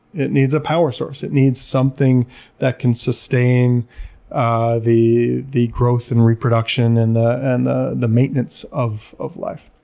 it needs a power source. it needs something that can sustain ah the the growth, and reproduction, and the and the maintenance of of life.